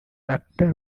actor